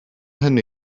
hynny